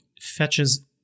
fetches